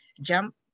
jump